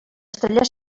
estrella